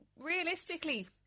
realistically